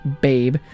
babe